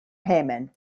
hejmen